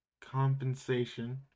compensation